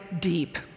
deep